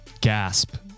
Gasp